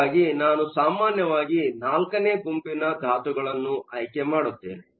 ಹಾಗಾಗಿ ನಾನು ಸಾಮಾನ್ಯವಾಗಿ IV ನೇ ಗುಂಪಿನಿಂದ ಧಾತುಗಳನ್ನು ಆಯ್ಕೆ ಮಾಡುತ್ತೇನೆ